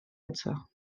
eto